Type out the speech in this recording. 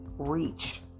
reach